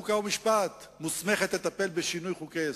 חוק ומשפט מוסמכת לטפל בשינוי חוקי-יסוד.